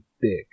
big